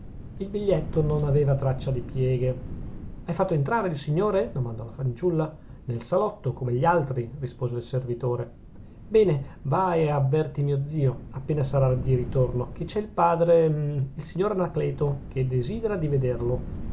il biglietto non aveva traccia di pieghe hai fatto entrare il signore domandò la fanciulla nel salotto come gli altri rispose il servitore bene va ed avverti mio zio appena sarà di ritorno che c'è il padre il signor anacleto che desidera di vederlo